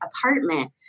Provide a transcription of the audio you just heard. apartment